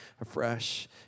afresh